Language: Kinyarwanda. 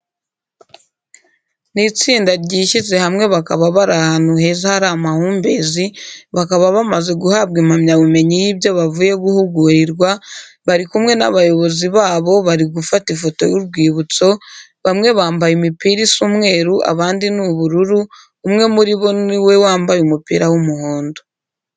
Ni itsinda ryishyize hamwe bakaba bari ahantu heza hari amahumbezi, bakaba bamaze guhabwa impamyabumenyi y'ibyo bavuye guhugurirwa, bari kumwe n'abayobozi babo bari gufata ifoto y'urwibutso, bamwe bambaye imipira isa umweru, abandi ni ubururu, umwe muri bo ni we wambaye umupira w'umuhondo.